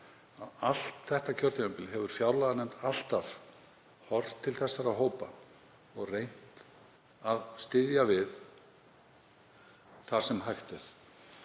allt þetta kjörtímabil hefur fjárlaganefnd alltaf horft til þessara hópa og reynt að styðja við þar sem hægt er.